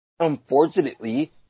Unfortunately